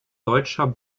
deutscher